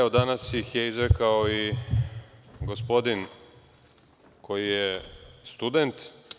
Danas ih je izrekao i gospodin koji je student.